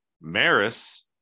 Maris